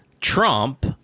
Trump